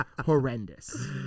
horrendous